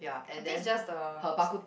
I think is just the